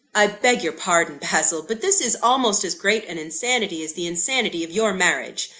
i beg your pardon, basil but this is almost as great an insanity, as the insanity of your marriage.